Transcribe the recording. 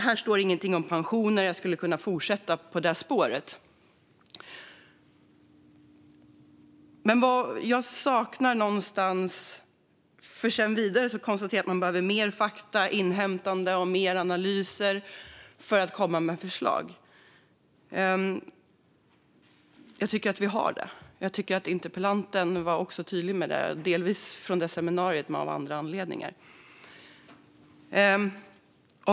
Det nämns ingenting om pensioner, och jag skulle kunna fortsätta på det spåret. Vidare konstaterar statsrådet att man behöver mer fakta och inhämtande av fler analyser för att kunna komma med förslag. Jag tycker att vi har det. Jag tycker också att interpellanten var tydlig med det, delvis från seminariet, delvis från sådant som har kommit fram av andra anledningar.